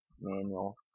manual